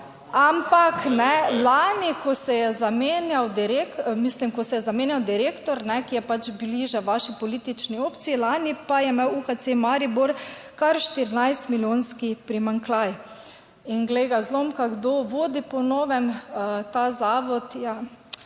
mislim ko se je zamenjal direktor, ki je pač bližje vaši politični opciji, lani pa je imel UKC Maribor kar 14 milijonski primanjkljaj. In glej ga zlomka, kdo vodi po novem ta zavod?